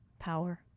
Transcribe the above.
power